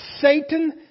Satan